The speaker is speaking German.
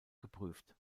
geprüft